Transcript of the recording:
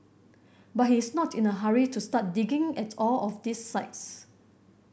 but he is not in a hurry to start digging at all of these sites